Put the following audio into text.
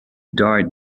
died